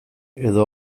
edo